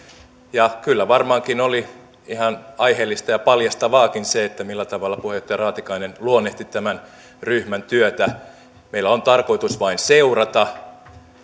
kyllä varmaankin oli ihan aiheellista ja paljastavaakin se millä tavalla puheenjohtaja raatikainen luonnehti tämän ryhmän työtä meillä on tarkoitus vain seurata